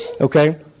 Okay